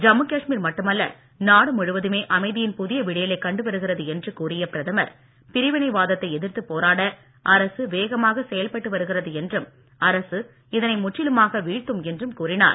ஜம்மு காஷ்மீர் மட்டுமல்ல நாடு முழுவதுமே அமைதியின் புதிய விடியலை கண்டு வருகிறது என்று கூறிய பிரதமர் பிரிவினைவாதத்தை எதிர்த்துப் போராட அரசு வேகமாக செயல்பட்டு வருகிறது என்றும் அரசு இதனை முற்றிலுமாக வீழ்த்தும் என்றும் கூறினார்